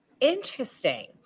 Interesting